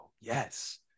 Yes